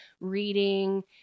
reading